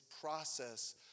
process